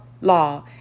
law